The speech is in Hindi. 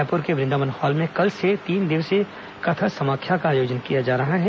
रायपुर के वृदावन हॉल में कल से तीन दिवसीय कथा समाख्या का आयोजन किया जा रहा है